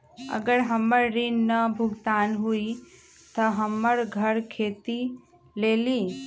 अगर हमर ऋण न भुगतान हुई त हमर घर खेती लेली?